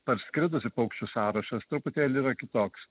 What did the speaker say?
parskridusių paukščių sąrašas truputėlį yra kitoks